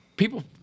People